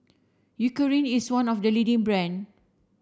Eucerin is one of the leading brand